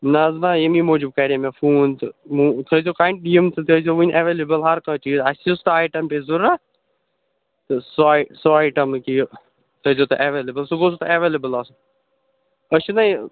نَہ حظ نَہ ییٚمے موجوٗب کَرے مےٚ فون تہٕ وۄنۍ تھٲیزیٛو کَا یِم زٕ تہِ آسِزیٛو وۄنۍ ایٚوَلیبٕل ہر کانٛہہ چیٖز اسہِ یُس تہِ آیٹَم تہِ پیٚیہِ ضروٗرت تہٕ سُہ آ سُہ آیٹَم أکہِ یہِ تھٲیزیٛو تُہۍ ایٚوَلیبٕل سُہ گوٚژھوٕ تۄہہِ ایٚوَلیبٕل آسُن أسۍ چھِ نا یہِ